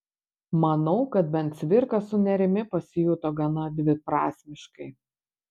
manau kad bent cvirka su nėrimi pasijuto gana dviprasmiškai